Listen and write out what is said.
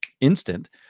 instant